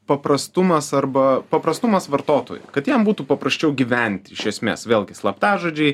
paprastumas arba paprastumas vartotojui kad jam būtų paprasčiau gyvent iš esmės vėlgi slaptažodžiai